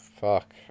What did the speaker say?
Fuck